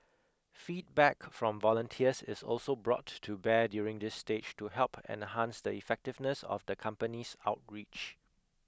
feedback from volunteers is also brought to bear during this stage to help enhance the effectiveness of the company's outreach